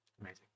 Amazing